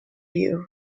you